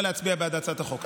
אבל להצביע בעד הצעת החוק.